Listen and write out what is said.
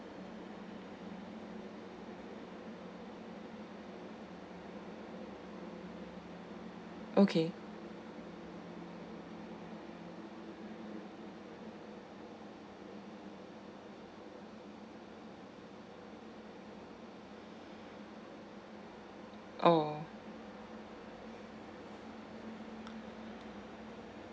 okay oh